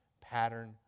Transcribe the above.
pattern